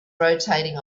rotating